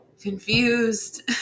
confused